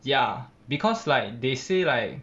ya because like they say like